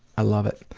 i love it.